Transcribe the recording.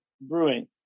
Brewing